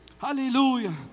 Hallelujah